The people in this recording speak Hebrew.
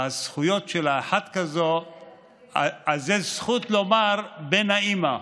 והזכויות של אחת כזאת, אז יש זכות לומר בן האימא,